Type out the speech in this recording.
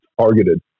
targeted